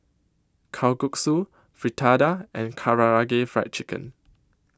Kalguksu Fritada and Karaage Fried Chicken